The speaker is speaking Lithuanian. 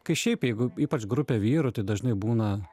kai šiaip jeigu ypač grupė vyrų tai dažnai būna